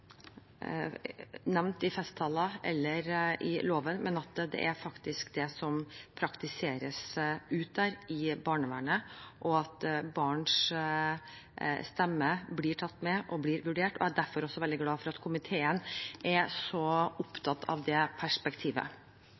nevnt i festtaler eller i loven, men at det faktisk er det som praktiseres der ute i barnevernet, og at barns stemme blir tatt med og blir vurdert. Jeg er derfor også veldig glad for at komiteen er så opptatt av det perspektivet.